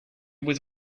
was